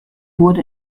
wurde